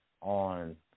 on